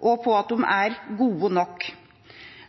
på at de er gode nok.